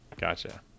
Gotcha